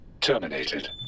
terminated